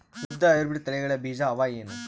ಉದ್ದ ಹೈಬ್ರಿಡ್ ತಳಿಗಳ ಬೀಜ ಅವ ಏನು?